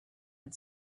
had